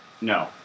No